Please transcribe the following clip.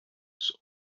his